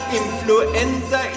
influenza